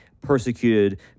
persecuted